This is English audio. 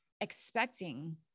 expecting